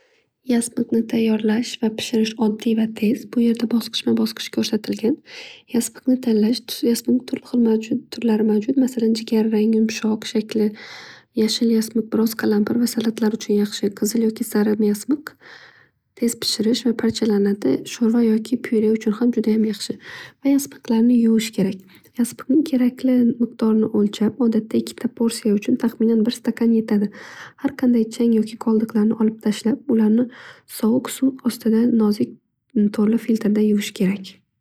Yasmiqni tayyorlash va pishirish judayam tez. Bu yerda yasmiqni tanlash, yasmiqni turli xil turlari mavjud. Masalan jigarrang yumshoq shakli, yashil yasmiq biroz qalampir va salatlar uchun judayam yaxshi. Qizil yoki sariq yasmiq tez pishirish va tez parchalanadi. Sho'rva yoki pure uchun ham judayam yaxshi. Va yasmiqlarni yuvish kerak. Yaspiqni kerakli miqdorini o'lchab odatda ikkita porsiya uchun tahminan ikkita stakan yetadi. Har qanday chang yoki qoldiqlarni olib tashlab soviq suv ostida nozik to'rli filtrda yuvish kerak.